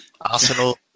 Arsenal